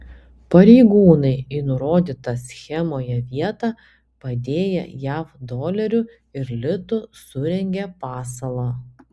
pareigūnai į nurodytą schemoje vietą padėję jav dolerių ir litų surengė pasalą